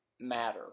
matter